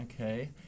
Okay